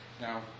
Now